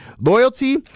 Loyalty